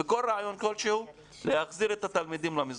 בכל רעיון כלשהו להחזיר את הילדים למסגרת.